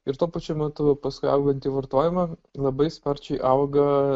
ir tuo pačiu metu paskui augantį vartojimą labai sparčiai auga